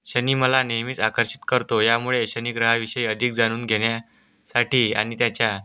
शनी मला नेहमीच आकर्षित करतो यामुळे शनिग्रहाविषयी अधिक जाणून घेण्यासाठी आणि त्याच्या